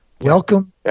welcome